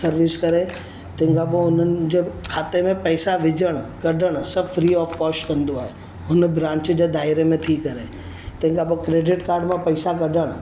service करे तंहिंखां पोइ हुननि जे खाते में पैसा विझण कढणु सभु फ्री ऑफ कॉस्ट कंदो आहे हुन ब्रांच जे दाइरे में थी करे तंहिंखां पोइ क्रेडिट कार्ड मां पैसा कढणु